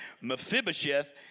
Mephibosheth